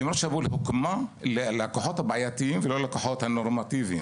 למרות שהפול הוקם ללקוחות הבעייתיים ולא הנורמטיביים.